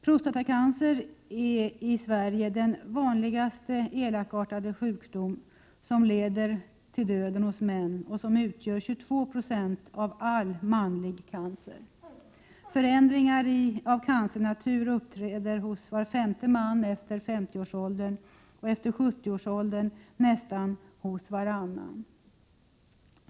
Prostatacancer är i Sverige den vanligaste elakartade sjukdom som leder till döden hos män och utgör 22 26 av all cancer hos män. Förändringar av cancernatur uppträder hos var femte man efter 50-årsåldern och hos nästan varannan efter 70-årsåldern.